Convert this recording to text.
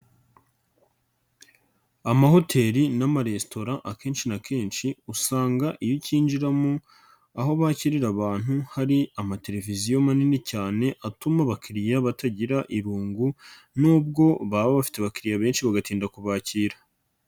Amahoteli n'amaresitora akenshi na kenshi usanga iyo ukinjiramo aho bakirira abantu hari amateleviziyo manini cyane atuma abakiliya batagira irungu, nubwo baba bafite abakiliya benshi bagatinda kubakira.